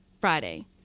Friday